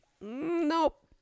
Nope